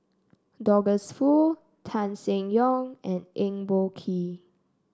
Douglas Foo Tan Seng Yong and Eng Boh Kee